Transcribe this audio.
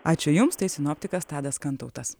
ačiū jums tai sinoptikas tadas kantautas